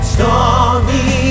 Stormy